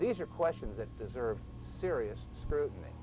these are questions that deserve serious scrutiny